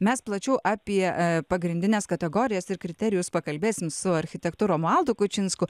mes plačiau apie pagrindines kategorijas ir kriterijus pakalbėsim su architektu romualdu kučinsku